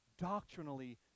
doctrinally